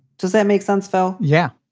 does that make sense? well yeah,